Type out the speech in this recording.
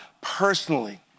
personally